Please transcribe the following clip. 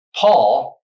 Paul